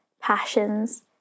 passions